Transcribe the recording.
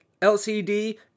LCD